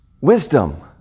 wisdom